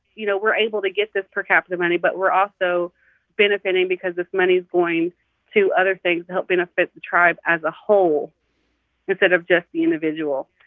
you know, we're able to get this per capita money, but we're also benefiting because this money's going to other things to help benefit the tribe as a whole instead of just the individual.